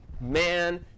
man